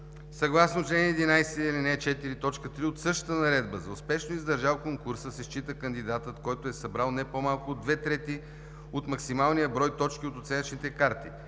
Съгласно чл. 11, ал. 4, т. 3 от същата наредба, за успешно издържал конкурса се счита кандидатът, който е събрал не по-малко от две трети от максималния брой точки от оценъчните карти,